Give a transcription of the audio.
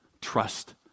Trust